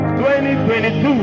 2022